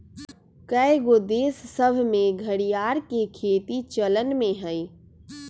कएगो देश सभ में घरिआर के खेती चलन में हइ